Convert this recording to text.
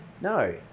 No